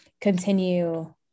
continue